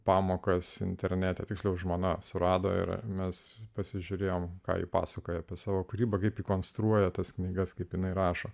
pamokas internete tiksliau žmona surado ir mes pasižiūrėjome ką ji pasakoja apie savo kūrybą kaip konstruoja tas knygas kaip jinai rašo